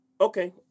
Okay